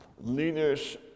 leaders